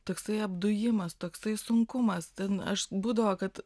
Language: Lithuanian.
toksai apdujimas toksai sunkumas ten aš būdavo kad